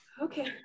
Okay